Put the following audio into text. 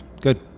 good